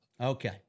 Okay